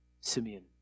Simeon